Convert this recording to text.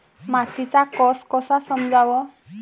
मातीचा कस कसा समजाव?